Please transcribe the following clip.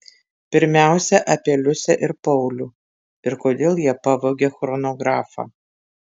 pirmiausia apie liusę ir paulių ir kodėl jie pavogė chronografą